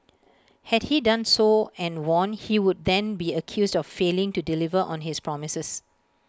had he done so and won he would then be accused of failing to deliver on his promises